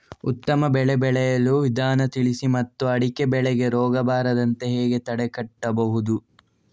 ಉತ್ತಮ ಬೆಳೆ ಬೆಳೆಯುವ ವಿಧಾನ ತಿಳಿಸಿ ಮತ್ತು ಅಡಿಕೆ ಬೆಳೆಗೆ ರೋಗ ಬರದಂತೆ ಹೇಗೆ ತಡೆಗಟ್ಟಬಹುದು?